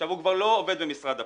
עכשיו, הוא כבר לא עובד במשרד הפנים,